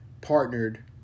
partnered